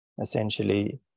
Essentially